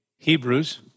Hebrews